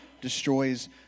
destroys